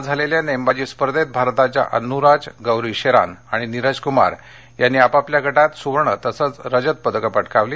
काल झालेल्या नेमबाजी स्पर्धेत भारताच्या अन्नू राज गौरी शेरान आणि नीरज कुमार यांनी आपापल्या वर्गात सुवर्ण तसंच रजत पदकं पटकावली